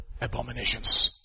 abominations